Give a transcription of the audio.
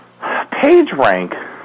PageRank